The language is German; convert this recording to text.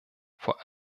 vor